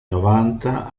novanta